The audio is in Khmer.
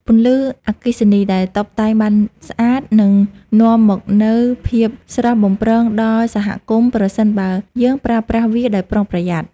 ពន្លឺអគ្គិសនីដែលតុបតែងបានស្អាតនឹងនាំមកនូវភាពស្រស់បំព្រងដល់សហគមន៍ប្រសិនបើយើងប្រើប្រាស់វាដោយប្រុងប្រយ័ត្ន។